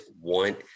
want